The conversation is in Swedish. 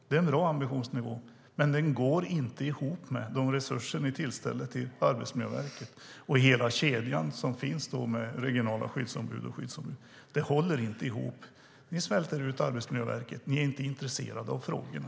Det är en bra ambitionsnivå, men den går inte ihop med de resurser ni tillställer Arbetsmiljöverket och hela den kedja med regionala skyddsombud och skyddsombud som finns. Det håller inte ihop. Ni svälter ut Arbetsmiljöverket. Ni är inte intresserade av frågorna.